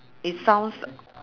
it sounds